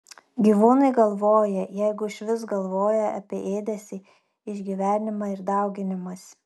gyvūnai galvoja jeigu išvis galvoja apie ėdesį išgyvenimą ir dauginimąsi